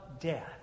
death